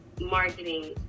marketing